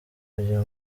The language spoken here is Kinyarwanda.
kujya